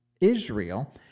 Israel